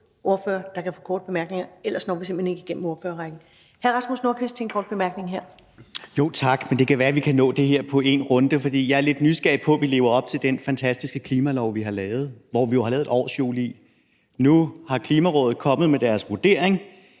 til to, der kan få korte bemærkninger. Ellers når vi simpelt hen ikke igennem ordførerrækken. Hr. Rasmus Nordqvist til en kort bemærkning. Kl. 13:56 Rasmus Nordqvist (SF): Tak, men det kan være, at vi kan nå det her på én runde, for jeg er lidt nysgerrig på, om vi lever op til den fantastiske klimalov, som vi har lavet, hvor vi jo har lavet et årshjul, og nu er Klimarådet kommet med deres vurdering